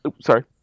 Sorry